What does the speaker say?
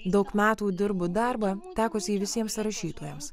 daug metų dirbu darbą tekusį visiems rašytojams